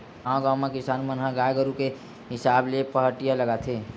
गाँव गाँव म किसान मन ह गाय गरु के हिसाब ले पहाटिया लगाथे